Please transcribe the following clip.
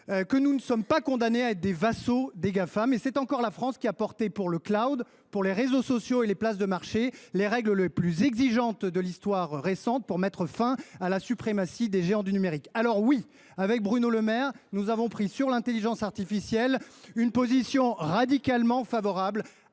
que nous ne sommes pas condamnés à être des vassaux des Gafam. C’est encore la France qui a soutenu pour le, les réseaux sociaux et les places de marché l’adoption des règles les plus exigeantes de l’histoire récente pour mettre fin à la suprématie des géants du numérique. Avec Bruno le Maire,… Où est il ?… nous avons adopté, sur l’intelligence artificielle, une position radicalement favorable